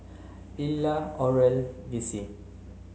Illa Oral Vicie